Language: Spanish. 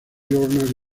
journal